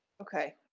Okay